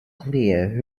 clear